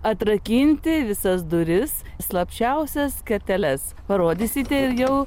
atrakinti visas duris slapčiausias kerteles parodysite ir jau